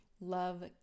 love